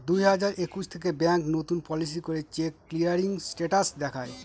দুই হাজার একুশ থেকে ব্যাঙ্ক নতুন পলিসি করে চেক ক্লিয়ারিং স্টেটাস দেখায়